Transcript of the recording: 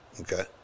Okay